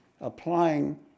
applying